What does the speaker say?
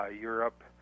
Europe